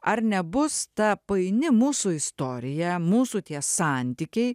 ar nebus ta paini mūsų istorija mūsų tie santykiai